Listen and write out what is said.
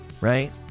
Right